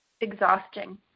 Exhausting